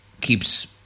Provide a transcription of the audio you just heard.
keeps